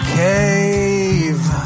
cave